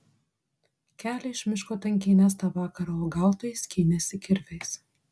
kelią iš miško tankynės tą vakarą uogautojai skynėsi kirviais